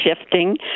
shifting